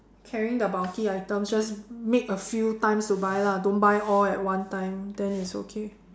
carrying the bulky items just make a few times to buy lah don't buy all at one time then it's okay